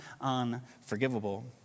unforgivable